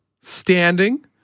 standing